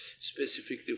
specifically